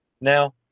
now